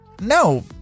No